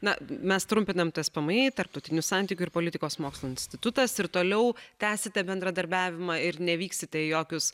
na mes trumpinam tspmi tarptautinių santykių ir politikos mokslų institutas ir toliau tęsite bendradarbiavimą ir nevyksite į jokius